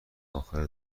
اخر